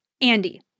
Andy